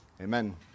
Amen